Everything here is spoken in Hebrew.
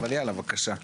אבל יאללה, בבקשה.